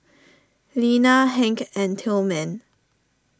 Lena Hank and Tilman